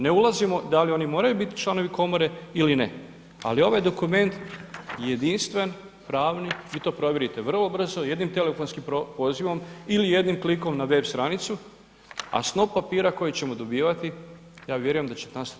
Ne ulazimo da li oni moraju biti članovi komore ili ne, ali ovaj dokument je jedinstven, pravni, vi to provjerite vrlo brzo, jednim telefonskim pozivom ili jednim klikom na web stranicu, a snop papira koji ćemo dobivati, ja vjerujem da će nastati problem.